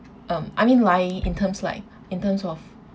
um I mean lying in terms like in terms of